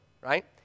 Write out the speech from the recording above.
right